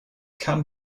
can